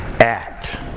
act